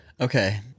Okay